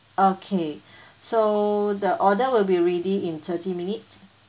okay so the order will be ready in thirty minute